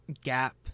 gap